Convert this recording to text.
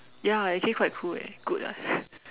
ya actually quite cool eh good lah